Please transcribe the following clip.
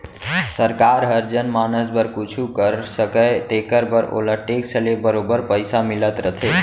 सरकार हर जनमानस बर कुछु कर सकय तेकर बर ओला टेक्स ले बरोबर पइसा मिलत रथे